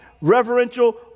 reverential